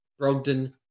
Brogdon